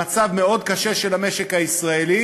במצב מאוד קשה של המשק הישראלי,